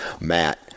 Matt